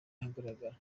ahagaragara